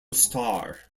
star